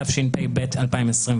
התשפ"ב-2021,